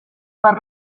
per